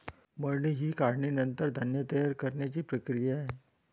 मळणी ही काढणीनंतर धान्य तयार करण्याची प्रक्रिया आहे